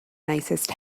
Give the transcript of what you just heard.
nicest